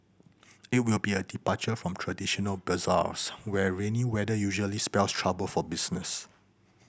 it will be a departure from traditional bazaars where rainy weather usually spells trouble for business